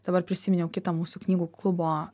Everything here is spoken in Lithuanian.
dabar prisiminiau kitą mūsų knygų klubo